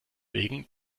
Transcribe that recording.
wegen